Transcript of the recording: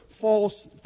false